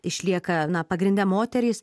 išlieka pagrinde moterys